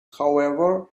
however